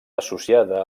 associada